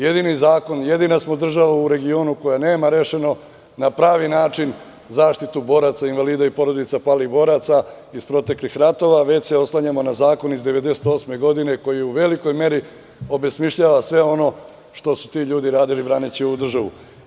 Jedina smo država u regionu koja nema na pravi način rešenu zaštitu boraca invalida i porodica palih boraca iz proteklih ratova, već se oslanjamo na Zakon iz 1998. godine, koji u velikoj meri obesmišljava sve ono što su ti ljudi radili braneći ovu državu.